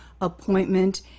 appointment